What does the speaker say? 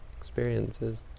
experiences